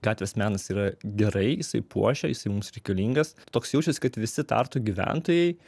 gatvės menas yra gerai jisai puošia jisai mums reikalingas toks jaučiasi kad visi tartu gyventojai